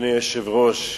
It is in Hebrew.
אדוני היושב-ראש,